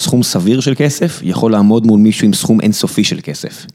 סכום סביר של כסף יכול לעמוד מול מישהו עם סכום אינסופי של כסף.